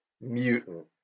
mutant